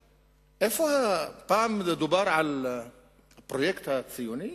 פעם דובר על הפרויקט הציוני.